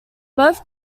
both